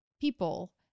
people